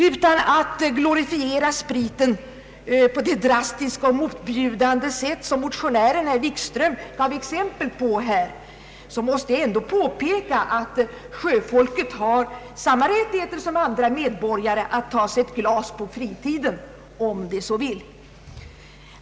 Utan att glorifiera spriten på det drastiska och motbjudande sätt som motionären herr Wikström gav exempel på måste jag påpeka att sjöfolket har samma rättigheter som andra medborgare att ta sig ett glas på fritiden om de så vill.